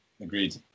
Agreed